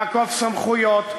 לעקוף סמכויות,